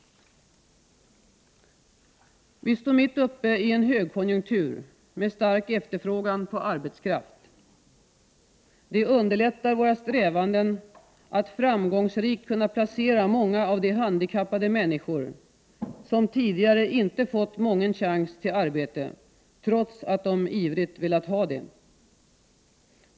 Vi står mitt uppe i en högkonjunktur med stark efterfrågan på arbetskraft. Det underlättar våra strävanden att framgångsrikt kunna placera många av de handikappade människor som tidigare inte fått mången chans till arbete, trots att de ivrigt velat ha det.